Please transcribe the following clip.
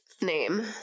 name